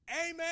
Amen